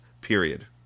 period